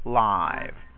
live